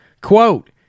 Quote